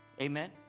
Amen